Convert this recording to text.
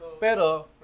Pero